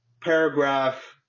paragraph